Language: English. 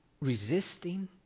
resisting